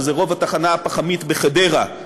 שזה רוב התחנה הפחמית בחדרה,